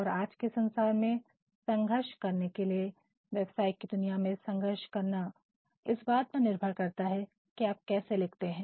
और आज के संसार में संघर्ष करने के लिए व्यवसाय की दुनिया में संघर्ष करना इस बात पर निर्भर करता है कि आप कैसे लिखते हैं